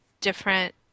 different